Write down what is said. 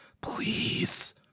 Please